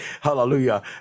hallelujah